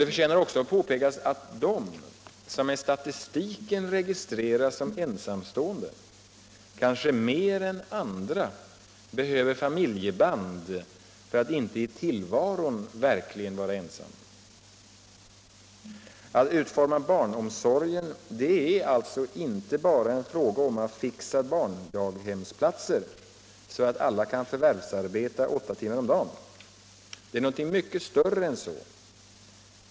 Det förtjänar också att påpekas att de som i statistiken registreras som ensamstående kanske mer än andra behöver familjeband för att inte i tillvaron verkligen vara ensamma. Att utforma barnomsorgen är alltså inte bara en fråga om att fixa barndaghemplatser så att alla föräldrar kan förvärvsarbeta åtta timmar om dagen. Det är något mycket större än så.